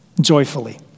Joyfully